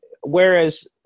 whereas